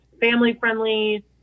family-friendly